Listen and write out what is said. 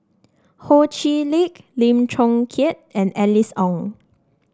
Ho Chee Lick Lim Chong Keat and Alice Ong